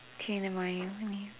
K never mind let me